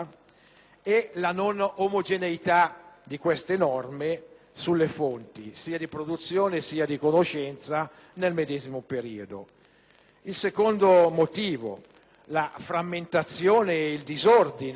e una non omogeneità delle norme sulle fonti, sia di produzione sia di conoscenza, nel medesimo periodo. In secondo luogo, la frammentazione e il disordine